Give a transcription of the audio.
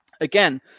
Again